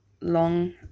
long